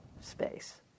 space